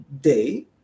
day